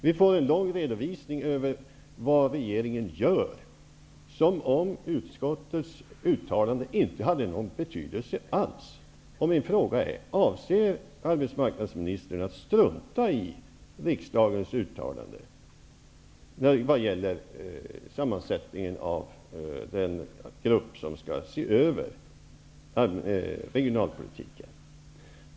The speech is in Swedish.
Vi fick en lång redovisning av vad regeringen gör, som om utskottets uttalande inte hade någon betydelse alls! Min fråga är: Avser arbetsmarknadsministern att strunta i riksdagens uttalande vad gäller sammansättningen av den grupp som skall se över regionalpolitiken?